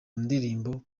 ndirimbo